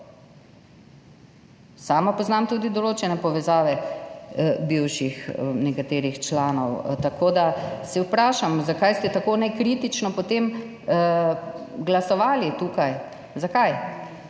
Sama poznam tudi določene povezave nekaterih bivših članov. Tako da se vprašam, zakaj ste tako nekritično potem glasovali tukaj. Zakaj?